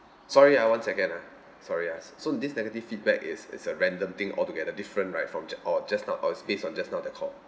sorry ah one second ah sorry ah s~ so this negative feedback is is a random thing altogether different right from ju~ or just now or it's based on just now that call